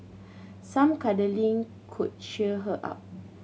some cuddling could cheer her up